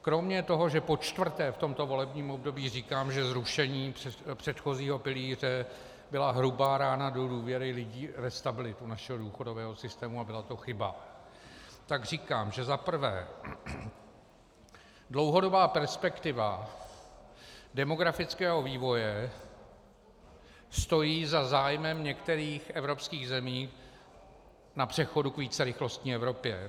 Kromě toho, že počtvrté v tomto volebním období říkám, že zrušení předchozího pilíře byla hrubá rána do důvěry lidí ve stabilitu našeho důchodového systému a byla to chyba, tak říkám, že zaprvé dlouhodobá perspektiva demografického vývoje stojí za zájmem některých evropských zemí na přechodu k vícerychlostní Evropě.